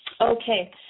Okay